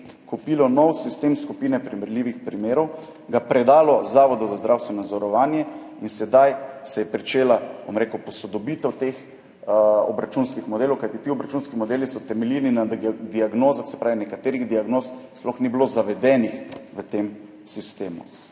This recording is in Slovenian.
kupilo nov sistem skupine primerljivih primerov, ga predalo Zavodu za zdravstveno zavarovanje, se je sedaj pričela, bom rekel, posodobitev teh obračunskih modelov. Kajti ti obračunski modeli so temeljili na diagnozah, se pravi, nekaterih diagnoz sploh ni bilo zavedenih v tem sistemu.